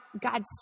God's